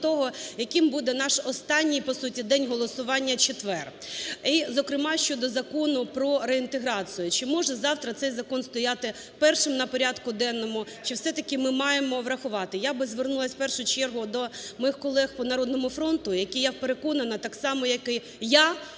яким буде наш останній, по суті, день голосування – четвер і, зокрема, щодо Закону про реінтеграцію, чи може завтра цей закон стояти першим на порядку денному, чи все-таки ми маємо врахувати. Я би звернулась в першу чергу до моїх колег по "Народному фронту", які, я переконана, так само, як і я,